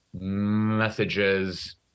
messages